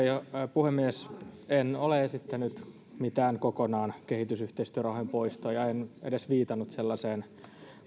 puhemies en ole esittänyt mitään kehitysyhteistyörahojen kokonaan poistoja en edes viitannut sellaiseen